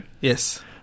Yes